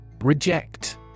Reject